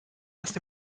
erst